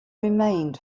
remained